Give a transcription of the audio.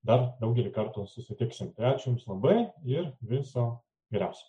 dar daugelį kartų susitiksim tai ačiū jums labai ir viso geriausio